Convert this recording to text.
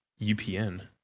UPN